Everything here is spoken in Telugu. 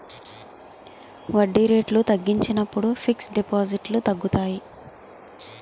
వడ్డీ రేట్లు తగ్గించినప్పుడు ఫిక్స్ డిపాజిట్లు తగ్గుతాయి